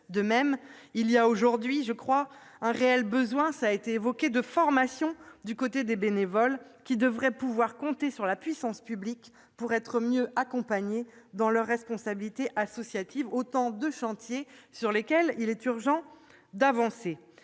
De même, il y a aujourd'hui un réel besoin de formation du côté des bénévoles, lesquels devraient pouvoir compter sur la puissance publique pour être mieux accompagnés dans leurs responsabilités associatives. Autant de chantiers sur lesquels il est urgent d'avancer.